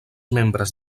membres